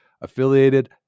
affiliated